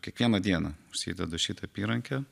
kiekvieną dieną užsidedu šitą apyrankę